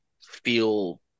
feel